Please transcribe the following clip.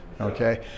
okay